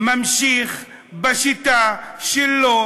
ממשיך בשיטה שלו,